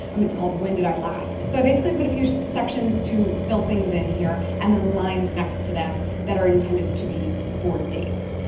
um it's called when did i last. i basically put a few sections to fill things in here, and then lines next to them that are intended to be for dates.